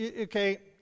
okay